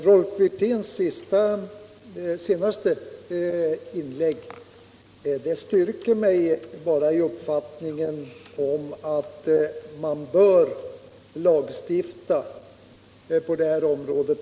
Herr talman! Rolf Wirténs senaste inlägg styrker mig bara i uppfattningen att man bör lagstifta på det här området.